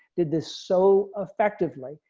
did this so effectively.